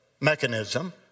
mechanism